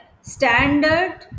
standard